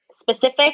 specific